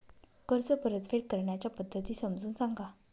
कर्ज परतफेड करण्याच्या पद्धती समजून सांगा